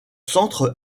centre